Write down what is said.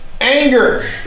anger